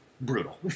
brutal